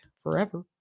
forever